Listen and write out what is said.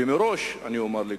ומראש אני אומר לכבודו,